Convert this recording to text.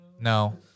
No